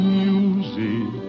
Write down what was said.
music